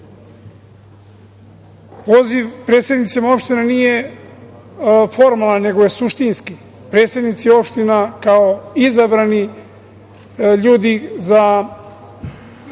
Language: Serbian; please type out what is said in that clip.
predsednicima opština nije formalan, nego je suštinski. Predsednici opština kao izabrani ljudi za